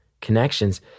connections